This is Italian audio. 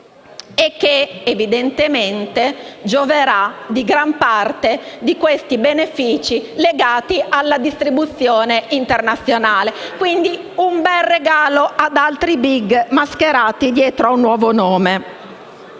- che evidentemente godrà di gran parte dei benefici legati alla distribuzione internazionale: un bel regalo ad altri big mascherati dietro un nuovo nome.